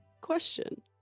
Question